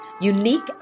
unique